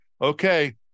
okay